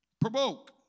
Provoke